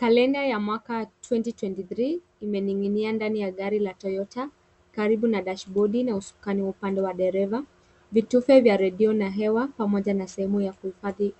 Kalenda ya mwaka 2023 imening'inia ndani ya gari la Toyota karibu na dashibodi na usukani wa upande wa dereva. Vitufe vya redio na hewa pamoja na sehemu ya kuhifadhi